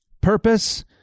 Purpose